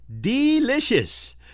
Delicious